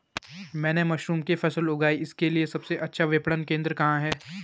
मैंने मशरूम की फसल उगाई इसके लिये सबसे अच्छा विपणन केंद्र कहाँ है?